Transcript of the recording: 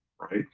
right